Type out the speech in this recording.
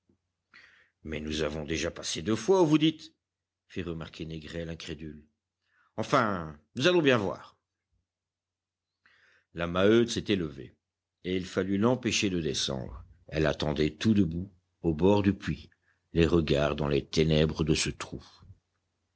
mais nous avons déjà passé deux fois où vous dites fit remarquer négrel incrédule enfin nous allons bien voir la maheude s'était levée et il fallut l'empêcher de descendre elle attendait tout debout au bord du puits les regards dans les ténèbres de ce trou